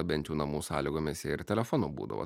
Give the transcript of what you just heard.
bent jau namų sąlygomis ir telefonu būdavo